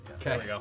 Okay